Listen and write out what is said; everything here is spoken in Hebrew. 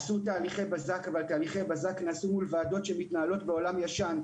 עשו תהליכי בזק אבל תהליכי בזק נעשו מול ועדות שמתנהלות בעולם ישן,